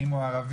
אם הוא ערבי,